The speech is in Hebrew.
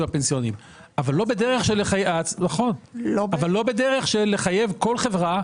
הפנסיוניים אבל לא בדרך של לחייב כל חברה